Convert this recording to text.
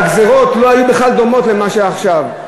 והגזירות לא היו בכלל דומות למה שעכשיו,